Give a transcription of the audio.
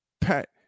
pat